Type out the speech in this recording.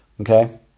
okay